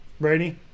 Brady